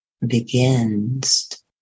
begins